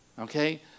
okay